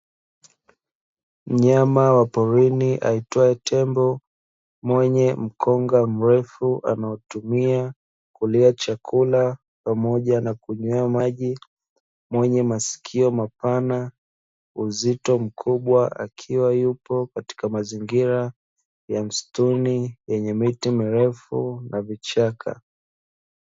Mnyama wa porini aitwae tembo mwenye mkongo mrefu unaotumia kulia chakula pamoja na kunywea maji, mwenye masikio mapana, uzito mkubwa akiwa yupo katika mazingira ya msituni yenye miti mirefu na vichaka.